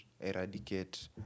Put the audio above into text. eradicate